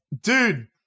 Dude